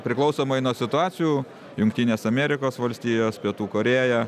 priklausomai nuo situacijų jungtinės amerikos valstijos pietų korėja